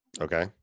Okay